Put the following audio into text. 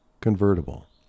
convertible